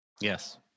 Yes